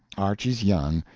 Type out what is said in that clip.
archy's young.